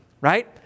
right